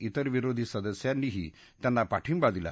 त्रेर विरोधी सदस्यांनीही त्यांना पाठिंबा दिला